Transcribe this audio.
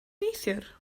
neithiwr